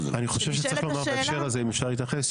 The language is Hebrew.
צריך לומר בהקשר הזה אם אפשר להתייחס.